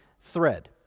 thread